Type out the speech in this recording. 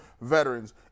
veterans